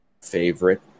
favorite